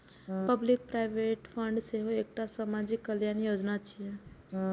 public provident fund सेहो एकटा सामाजिक कल्याण योजना छियै